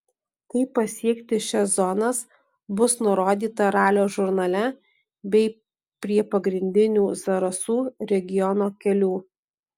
kaip pasiekti šias zonas bus nurodyta ralio žurnale bei prie pagrindinių zarasų regiono kelių